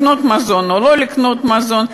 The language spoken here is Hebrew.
לקנות מזון או לא לקנות מזון.